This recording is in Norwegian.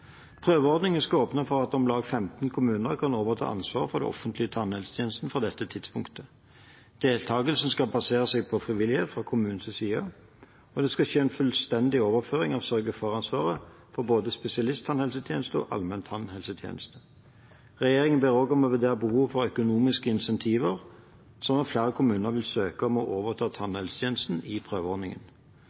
Prøveordningen skal åpne for at om lag 15 kommuner kan overta ansvaret for den offentlige tannhelsetjenesten fra dette tidspunktet. Deltakelsen skal basere seg på frivillighet fra kommunenes side, og det skal skje en fullstendig overføring av sørge-for-ansvaret for både spesialisttannhelsetjenesten og allmenntannhelsetjenesten. Regjeringen ber også om å vurdere behovet for økonomiske incentiver, slik at flere kommuner vil søke om å overta tannhelsetjenesten i prøveordningen.